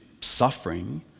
suffering